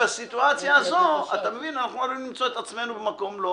ובסיטואציה זו אתה אנחנו עלולים למצוא את עצמנו במקום לא